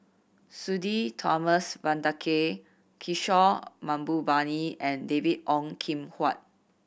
Sudhir Thomas Vadaketh Kishore Mahbubani and David Ong Kim Huat